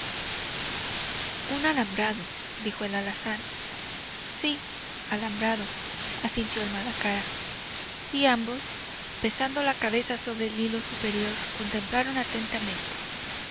un alambrado dijo el alazán sí alambrado asintió el malacara y ambos pesando la cabeza sobre el hilo superior contemplaron atentamente